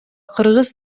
кыргыз